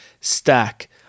stack